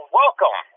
welcome